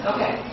Okay